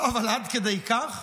אבל עד כדי כך?